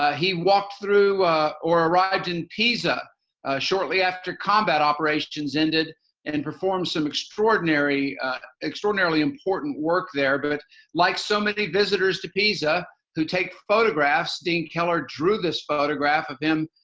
ah he walked through or arrived in pisa shortly after combat operations ended and performed some extraordinarily extraordinarily important work there, but like so many visitors to pisa who take photographs, deane keller drew this photograph of him